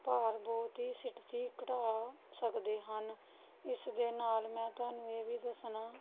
ਭਾਰ ਬਹੁਤ ਹੀ ਸੇਟਤੀ ਘਟਾ ਸਕਦੇ ਹਨ ਇਸ ਦੇ ਨਾਲ ਮੈਂ ਤੁਹਾਨੂੰ ਇਹ ਵੀ ਦੱਸਣਾ